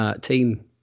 team